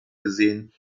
gesehen